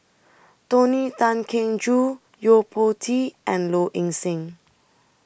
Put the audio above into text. Tony Tan Keng Joo Yo Po Tee and Low Ing Sing